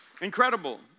Incredible